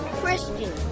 Christian